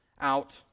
out